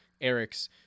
Eric's